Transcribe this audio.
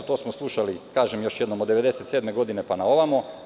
To smo slušali, kažem, još jednom od 1997. godine, pa na ovamo.